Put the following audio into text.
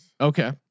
Okay